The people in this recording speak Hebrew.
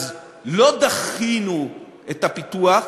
לא דחינו את הפיתוח,